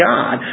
God